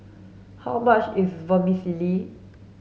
how much is Vermicelli